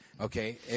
Okay